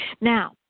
Now